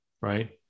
Right